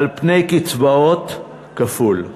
על פני קצבאות, כפול,